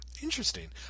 Interesting